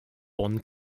bonn